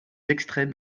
extrêmes